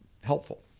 helpful